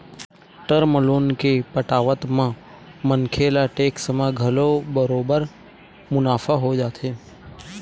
term loan के पटावत म मनखे ल टेक्स म घलो बरोबर मुनाफा हो जाथे